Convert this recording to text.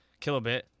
kilobit